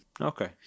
okay